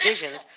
Visions